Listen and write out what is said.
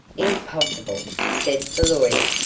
impossible! said the lawyer.